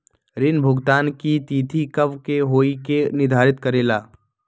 ऋण भुगतान की तिथि कव के होई इ के निर्धारित करेला?